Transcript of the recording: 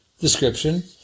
description